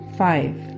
five